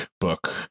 book